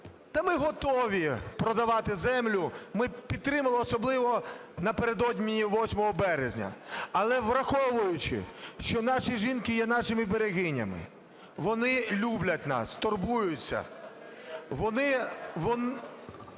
та ми готові продавати землю, ми підтримуємо, особливо напередодні 8 березня. Але, враховуючи, що наші жінки є нашими берегинями, вони люблять нас, турбуються, вони